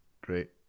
Great